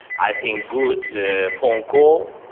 i think, good phone call.